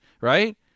right